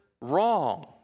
wrong